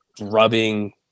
rubbing